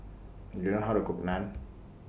Do YOU know How to Cook Naan